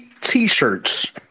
t-shirts